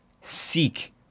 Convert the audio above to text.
seek